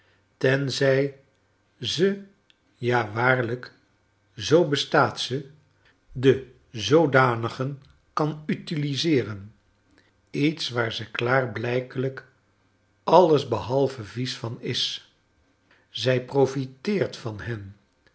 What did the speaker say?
tenzij ze ja waarlijk zoo bestaat ze de zoodanigen kan utiliseeren iets waar ze klaarblijkelijk alles behalve vies van is zij profiteert van hen